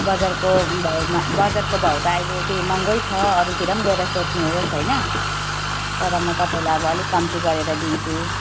बजारको भवमा बजारको भव त अहिले त्यही महँगै छ अरूतिर पनि गएर सोध्नुहोस् होइन तर म तपाईँलाई अब अलिक कम्ती गरेर दिन्छु